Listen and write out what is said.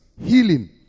healing